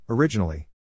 Originally